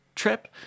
Trip